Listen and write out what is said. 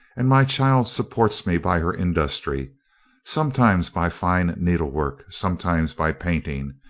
and my child supports me by her industry sometimes by fine needlework, sometimes by painting.